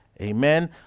amen